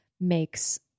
makes